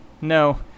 no